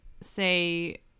say